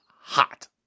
hot